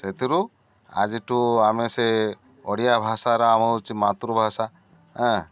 ସେଥିରୁ ଆଜିଠୁ ଆମେ ସେ ଓଡ଼ିଆ ଭାଷାର ଆମ ହେଉଛି ମାତୃଭାଷା